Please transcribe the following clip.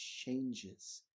changes